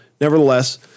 nevertheless